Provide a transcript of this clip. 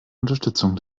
unterstützung